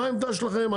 מה העמדה שלכם?